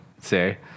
say